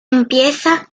empieza